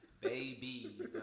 Baby